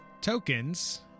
tokens